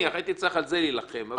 הייתי צריך על זה להילחם,